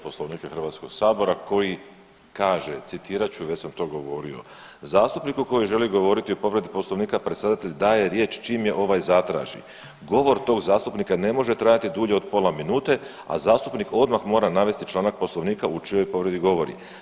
Poslovnika HS koji kaže, citirat ću, već sam to govorio, zastupniku koji želi govoriti o povredi Poslovnika predsjedatelj daje riječ čim je ovaj zatraži, govor tog zastupnika ne može trajati dulje od pola minute, a zastupnik odmah mora navesti članak Poslovnika o čijoj povredi govori.